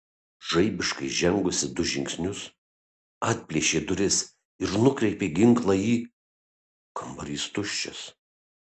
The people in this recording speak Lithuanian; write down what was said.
žaibiškai žengusi du žingsnius atplėšė duris ir nukreipė ginklą į kambarys tuščias